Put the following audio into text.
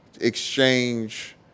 exchange